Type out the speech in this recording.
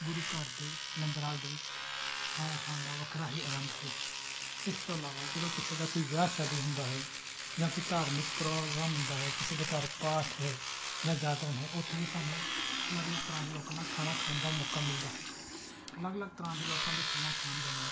ਗੁਰੂ ਘਰ ਦੇ ਲੰਗਰ ਹਾਲ ਦੇ ਵਿੱਚ ਖਾਣਾ ਖਾਣ ਦਾ ਵੱਖਰਾ ਹੀ ਆਨੰਦ ਹੈ ਇਸ ਤੋਂ ਇਲਾਵਾ ਜਦੋਂ ਕਿਸੇ ਦਾ ਕੋਈ ਵਿਆਹ ਸ਼ਾਦੀ ਹੁੰਦਾ ਹੈ ਜਾਂ ਕੋਈ ਧਾਰਮਿਕ ਪ੍ਰੋਗਰਾਮ ਹੁੰਦਾ ਹੈ ਕਿਸੇ ਦੇ ਘਰ ਪਾਠ ਹੈ ਜਾਂ ਜਾਗਰਣ ਹੈ ਉੱਥੇ ਵੀ ਸਾਨੂੰ ਅਲੱਗ ਅਲੱਗ ਤਰ੍ਹਾਂ ਦੇ ਲੋਕਾਂ ਨਾਲ ਖਾਣਾ ਖਾਣ ਦਾ ਮੌਕਾ ਮਿਲਦਾ ਹੈ ਅਲੱਗ ਅਲੱਗ ਤਰ੍ਹਾਂ ਦੇ ਲੋਕਾਂ ਦੇ ਖਾਣਾ ਖਾਣ ਦੇ ਨਾਲ